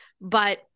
but-